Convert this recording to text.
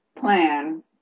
plan